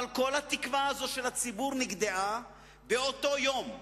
אבל כל התקווה הזאת של הציבור נגדעה באותו יום,